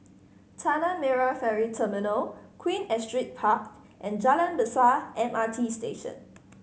Tanah Merah Ferry Terminal Queen Astrid Park and Jalan Besar M R T Station